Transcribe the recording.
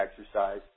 exercise